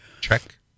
check